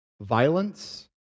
violence